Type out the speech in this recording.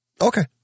Okay